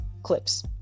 clips